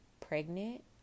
pregnant